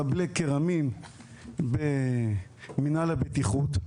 מחבלי כרמים במינהל הבטיחות.